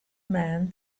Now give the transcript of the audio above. man